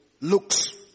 looks